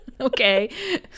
okay